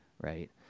right